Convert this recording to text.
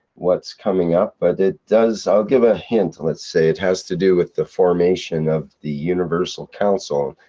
what's coming up. but it does, i'll give a hint let's say, it has to do with the formation of the universal council.